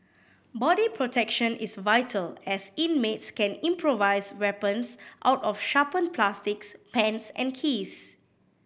body protection is vital as inmates can improvise weapons out of sharpened plastics pens and keys